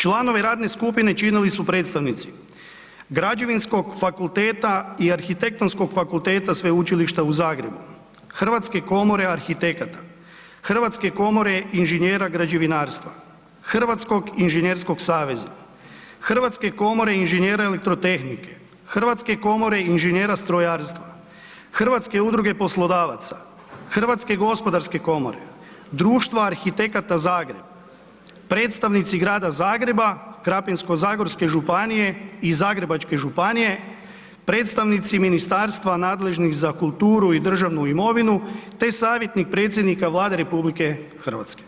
Članove radne skupine činili su predstavnici Građevinskog fakulteta i Arhitektonskog fakulteta Sveučilišta u Zagrebu, Hrvatske komore arhitekata, Hrvatske komore inženjera građevinarstva, Hrvatskog inženjerskog saveza, Hrvatske komore inženjera elektrotehnike, Hrvatske komore inženjera strojarstva, HUP-a, HGK-a, Društva arhitekata Zagreb, predstavnici Grada Zagreba, Krapinsko-zagorske županije i Zagrebačke županije, predstavnici ministarstva nadležnih za kulturu i državnu imovinu, te savjetnik predsjednika Vlade RH.